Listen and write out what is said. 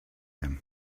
them